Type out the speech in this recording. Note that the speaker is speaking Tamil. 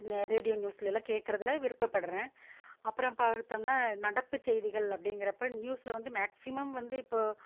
ரேடியோ நியூஸ்லலாம் கேட்குறதுல விருப்பப்படுறேன் அப்புறம் பார்த்தோம்னா நடப்பு செய்திகள் அப்டிங்கிறப்போ நியூஸில் வந்து மேக்சிமம் வந்து இப்போ